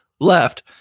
left